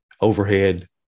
overhead